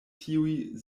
tiuj